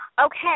Okay